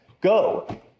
go